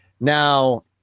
now